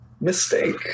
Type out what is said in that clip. Mistake